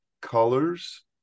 colors